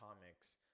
comics